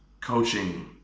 coaching